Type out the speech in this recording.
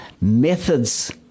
methods